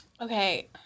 Okay